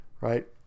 right